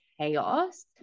chaos